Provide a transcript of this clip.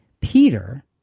Peter